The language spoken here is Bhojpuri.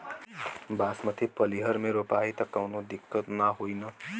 बासमती पलिहर में रोपाई त कवनो दिक्कत ना होई न?